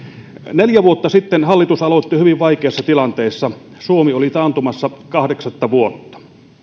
neljä vuotta sitten hallitus aloitti hyvin vaikeassa tilanteessa suomi oli taantumassa kahdeksatta vuotta